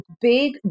big